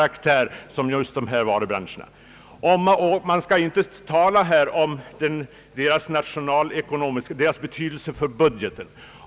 Det är felaktigt att som argument mot deras avskaffande tala om dessa skatters betydelse för budgeten.